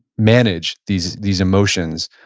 manage these these emotions,